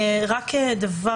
ב-(א)